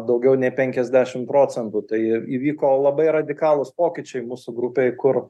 daugiau nei penkiasdešim procentų tai įvyko labai radikalūs pokyčiai mūsų grupėj kur